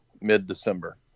mid-December